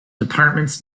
departments